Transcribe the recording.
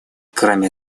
кроме